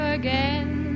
again